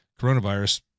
coronavirus